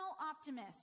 optimist